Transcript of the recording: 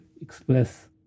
express